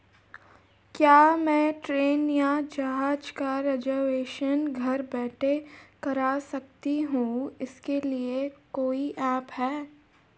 क्या मैं ट्रेन या जहाज़ का रिजर्वेशन घर बैठे कर सकती हूँ इसके लिए कोई ऐप है?